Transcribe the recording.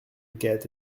get